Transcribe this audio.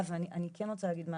אני כן רוצה להגיד משהו,